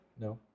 No